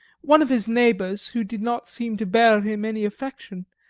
one of his neighbours, who did not seem to bear him any affection,